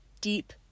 deep